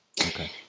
Okay